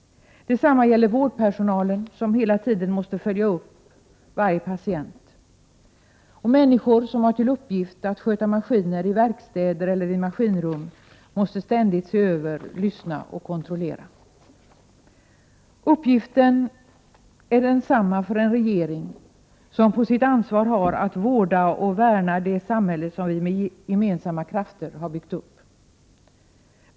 Detsamma gäller vårdpersonalen, som hela 45 tiden måste följa upp varje patient. Människor som har till uppgift att sköta maskiner i verkstäder eller maskinrum måste ständigt se över, lyssna och kontrollera. Uppgiften är densamma för en regering som på sitt ansvar har att vårda och värna det samhälle som vi med gemensamma krafter har byggt upp.